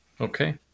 okay